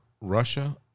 Russia